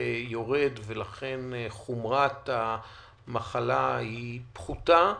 יורד ולכן חומרת המחלה היא פחותה,